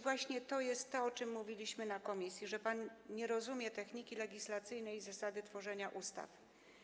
Właśnie to jest to, o czym mówiliśmy w komisji, że pan nie rozumie techniki legislacyjnej i zasady tworzenia ustaw.